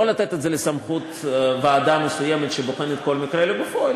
לא לתת את זה לסמכות ועדה מסוימת שבוחנת כל מקרה לגופו,